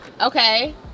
Okay